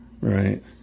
right